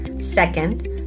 Second